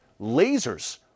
lasers